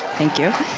thank you.